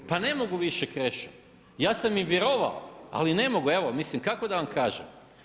Pa ne mogu više Krešo, ja sam im vjerovao, ali ne mogu, evo mislim kako da vam kažem.